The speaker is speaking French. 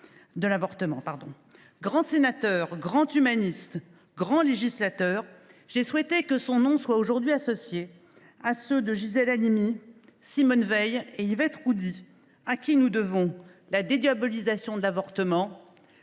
grand sénateur, grand humaniste, grand législateur, soit associé aujourd’hui à ceux de Gisèle Halimi, de Simone Veil et d’Yvette Roudy, à qui nous devons la dédiabolisation de l’avortement,